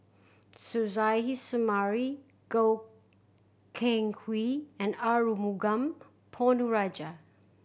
Suzairhe Sumari Goh Keng Hui and Arumugam Ponnu Rajah